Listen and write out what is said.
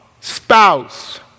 spouse